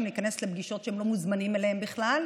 להיכנס לפגישות שהם לא מוזמנים אליהן בכלל,